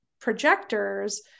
projectors